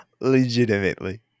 Legitimately